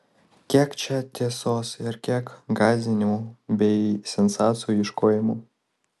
kiek čia tiesos ir kiek gąsdinimų bei sensacijų ieškojimo